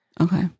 Okay